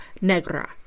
Negra